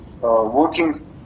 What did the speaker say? working